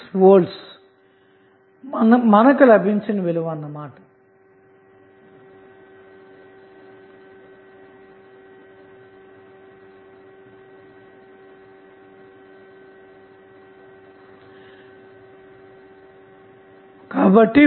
6V లభిస్తుందన్నమాట కాబట్టి vtest0